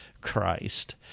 Christ